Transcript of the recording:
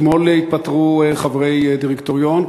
אתמול התפטרו חברי דירקטוריון,